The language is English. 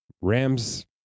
Rams